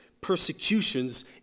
persecutions